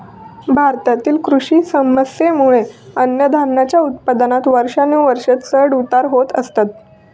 भारतातील कृषी समस्येंमुळे अन्नधान्याच्या उत्पादनात वर्षानुवर्षा चढ उतार होत असतत